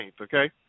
Okay